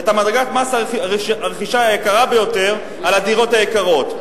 ואת מדרגת מס הרכישה היקרה ביותר על הדירות היקרות.